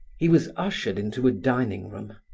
he was ushered into a dining room.